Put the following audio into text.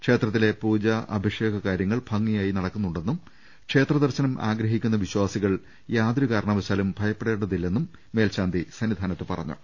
ക്ഷേത്രത്തിലെ പൂജ അഭിഷേക കാര്യ ങ്ങൾ ഭംഗിയായി നടക്കുന്നുണ്ടെന്നും ക്ഷേത്ര ദർശനം ആഗ്രഹിക്കുന്ന വിശ്വാസികൾ യാതൊരു കാരണവശാലും ഭയപ്പെടേണ്ടതില്ലെന്നും മേൽശാന്തി സന്നിധാനത്ത് പറഞ്ഞു